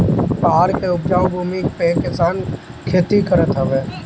पहाड़ के उपजाऊ भूमि पे किसान खेती करत हवे